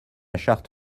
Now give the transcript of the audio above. charte